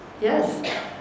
Yes